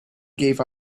gave